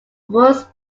was